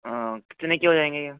कितने की हो जाएंगे ये